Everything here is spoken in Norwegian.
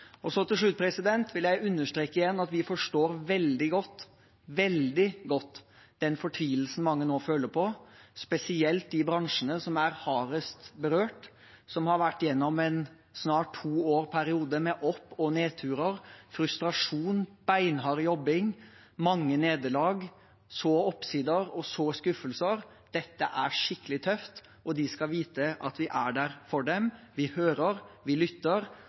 til i dag. Helt til slutt vil jeg igjen understreke at vi forstår veldig godt – veldig godt – den fortvilelsen mange nå føler på, spesielt de bransjene som er hardest berørt, som har vært gjennom en snart to år lang periode med opp- og nedturer, frustrasjon, beinhard jobbing, mange nederlag, oppsider, og så skuffelser. Dette er skikkelig tøft, og de skal vite at vi er der for dem. Vi hører, vi lytter,